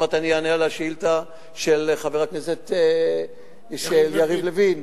עוד מעט אני אענה על השאילתא של חבר הכנסת יריב לוין,